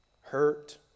hurt